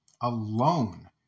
alone